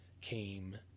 came